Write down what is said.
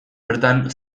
bertan